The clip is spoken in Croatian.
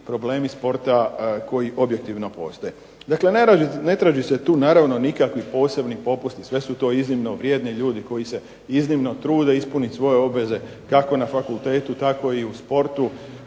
problemi sporta koji objektivno postoje. Dakle, ne traži se tu naravno nikakvih posebnih popusta. Sve su to iznimno vrijedni ljudi koji se iznimno trude ispuniti svoje obveze kako na fakultetu tako i u sportu.